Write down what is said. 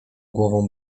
głową